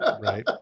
Right